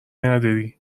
نداری